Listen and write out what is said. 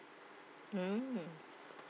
mm